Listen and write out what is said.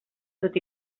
tot